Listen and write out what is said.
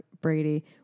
Brady